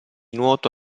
nuoto